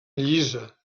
llisa